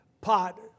pot